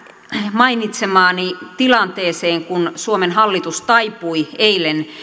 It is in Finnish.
mainitsemaani tilanteeseen kun suomen hallitus taipui eilen